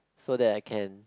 so that I can